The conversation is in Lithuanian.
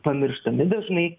pamirštami dažnai